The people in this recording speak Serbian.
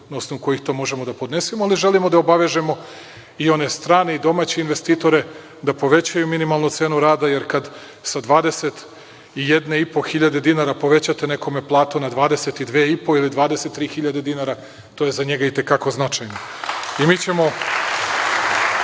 na osnovu kojih to možemo da podnesemo, ali želimo da obavežemo i one strane i domaće investitore da povećaju minimalnu cenu radu, jer kad sa 21,5 hiljade dinara povećate nekome platu na 22,5 hiljade dinara ili 23 hiljade dinara, to je za njega i te kako značajno. Takođe,